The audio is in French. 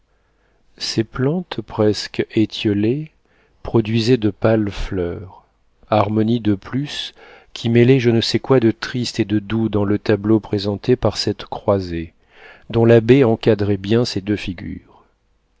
ces plantes presque étiolées produisaient de pâles fleurs harmonie de plus qui mêlait je ne sais quoi de triste et de doux dans le tableau présenté par cette croisée dont la baie encadrait bien ces deux figures